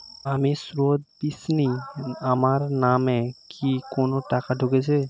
আমি স্রোতস্বিনী, আমার নামে কি কোনো টাকা ঢুকেছে?